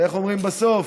ואיך אומרים בסוף?